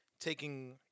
taking